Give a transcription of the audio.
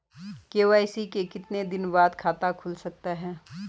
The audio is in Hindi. के.वाई.सी के कितने दिन बाद खाता खुल सकता है?